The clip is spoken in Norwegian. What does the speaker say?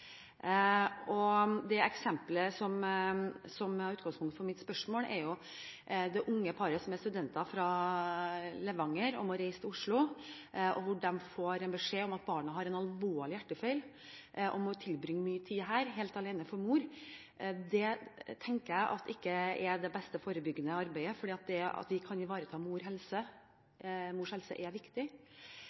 Det eksemplet som er utgangspunkt for mitt spørsmål, er det unge paret som er studenter fra Levanger og må reise til Oslo. De har fått beskjed om at barnet har en alvorlig hjertefeil, og må tilbringe mye tid her – for mors del helt alene. Det tenker jeg ikke er det beste forebyggende arbeidet, for det at vi kan ivareta mors helse, er viktig.